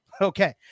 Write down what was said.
Okay